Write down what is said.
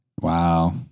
wow